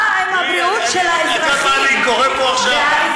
מה עם הבריאות של האזרחים והאזרחיות?